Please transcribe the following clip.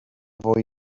fwy